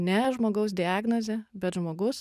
ne žmogaus diagnozė bet žmogus